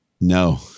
No